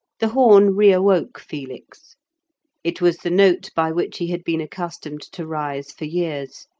the horn re-awoke felix it was the note by which he had been accustomed to rise for years.